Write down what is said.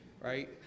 right